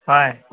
ꯍꯣꯏ